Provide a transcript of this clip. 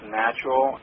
natural